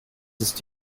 ist